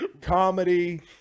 Comedy